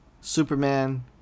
Superman